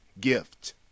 Gift